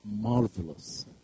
marvelous